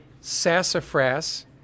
sassafras